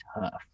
tough